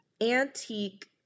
antique